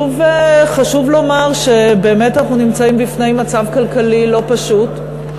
חשוב לומר שבאמת אנחנו נמצאים בפני מצב כלכלי לא פשוט,